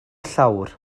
llawr